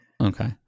Okay